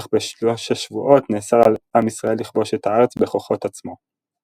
אך בשלוש השבועות נאסר על עם ישראל לכבוש את הארץ בכוחות עצמו.